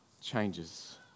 changes